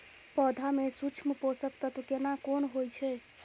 पौधा में सूक्ष्म पोषक तत्व केना कोन होय छै?